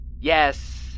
Yes